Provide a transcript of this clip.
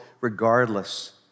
regardless